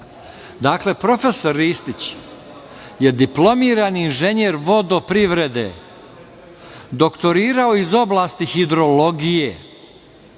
profesor Ristić je diplomirani inženjer vodoprivrede. Doktorirao je iz oblasti hidrologije.